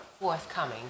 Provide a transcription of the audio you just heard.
forthcoming